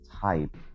type